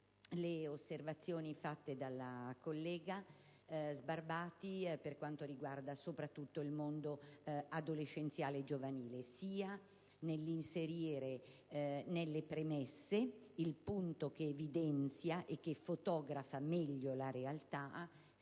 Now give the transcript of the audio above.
le osservazioni formulate dalla collega Sbarbati per quanto riguarda soprattutto il mondo adolescenziale e giovanile, volte a far inserire nelle premesse il punto che evidenzia e che fotografa meglio la realtà, e